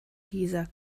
dieser